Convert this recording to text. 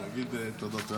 להגיד תודות.